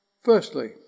Firstly